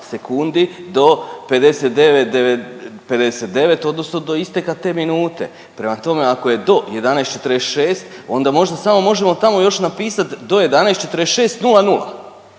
sekundi do 59,59 odnosno do isteka te minute. Prema tome ako je do 11,46 onda možda samo možemo tamo još napisat do 11:46.00